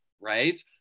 right